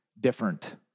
different